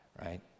right